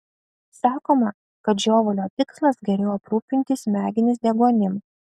sakoma kad žiovulio tikslas geriau aprūpinti smegenis deguonim